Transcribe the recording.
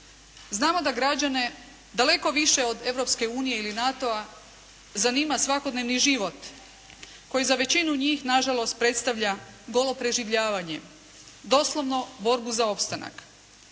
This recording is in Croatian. Znamo da građane daleko više od Europske unije ili NATO-a zanima svakodnevni život koji za većinu njih nažalost predstavlja golo preživljavanje. Doslovno borbu za opstanak.